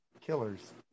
Killers